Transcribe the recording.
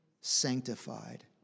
sanctified